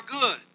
good